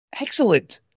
excellent